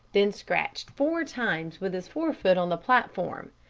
then scratched four times with his forefoot on the platform.